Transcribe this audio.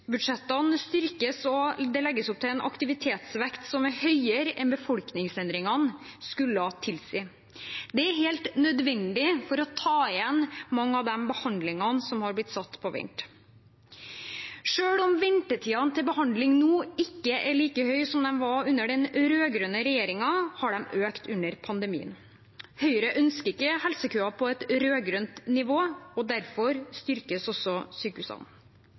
styrkes, og det legges opp til en aktivitetsvekst som er større enn befolkningsendringene skulle tilsi. Det er helt nødvendig for å ta igjen mange av de behandlingene som er blitt satt på vent. Selv om ventetidene for behandling nå ikke er like lange som de var under den rød-grønne regjeringen, har de økt under pandemien. Høyre ønsker ikke helsekøer på et rød-grønt nivå, og derfor styrkes også sykehusene.